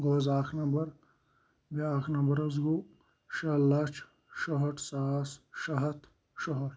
گوٚو حظ اَکھ نَمبَر بیٛاکھ نمبر حظ گوٚو شےٚ لَچھ شُہٲٹھ ساس شےٚ ہتھ شُہٲٹھ